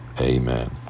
amen